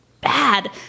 bad